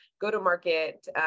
go-to-market